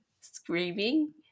screaming